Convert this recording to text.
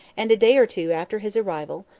and a day or two after his arrival,